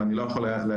ואני לא יכול להגיד,